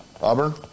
Auburn